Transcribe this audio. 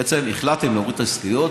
בעצם החלטתם להוריד את ההסתייגויות,